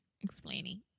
explaining